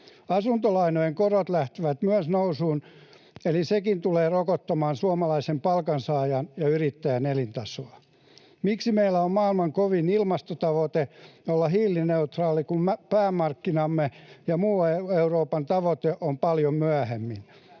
Asuntolainojen korot lähtivät myös nousuun, eli sekin tulee rokottamaan suomalaisen palkansaajan ja yrittäjän elintasoa. Miksi meillä on maailman kovin ilmastotavoite olla hiilineutraali, kun päämarkkinamme ja muun Euroopan tavoite on paljon myöhemmin?